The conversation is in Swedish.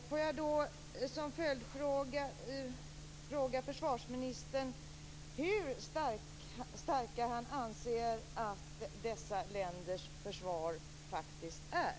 Herr talman! Som följdfråga vill jag då fråga försvarsministern: Hur starka anser försvarsministern att dessa länders försvar är?